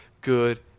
good